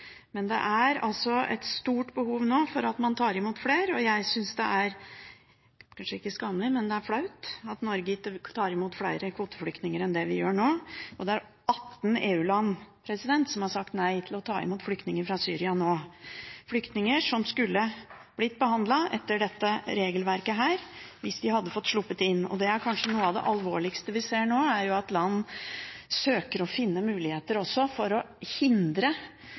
Men det er nå et stort behov for at man tar imot flere, og jeg syns kanskje ikke det er skammelig, men det er flaut at Norge ikke tar imot flere kvoteflyktninger enn det vi gjør nå. Det er 18 EU-land som har sagt nei til å ta imot flyktninger fra Syria nå, flyktninger som skulle blitt behandlet etter dette regelverket – hvis de hadde fått slippe inn. Kanskje noe av det alvorligste vi ser nå, er at land søker å finne muligheter for å hindre